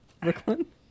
Brooklyn